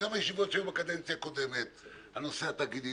וגם הישיבות שהיו בקדנציה הקודמת על נושא התאגידים,